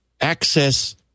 access